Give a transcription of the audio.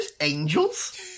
angels